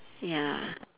ya